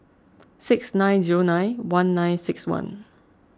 six nine zero nine one nine six one